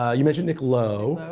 ah you mentioned nick lowe.